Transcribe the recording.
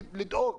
כדי לדאוג